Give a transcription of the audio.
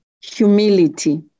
humility